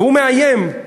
והוא מאיים,